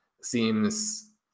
seems